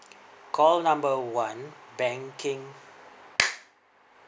call number one banking